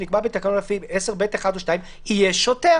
שנקבע בתקנות לפי סעיף 10(ב)(1) או (2) יהיה שוטר